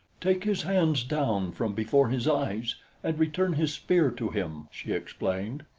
take his hands down from before his eyes and return his spear to him, she explained.